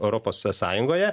europos sąjungoje